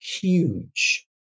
huge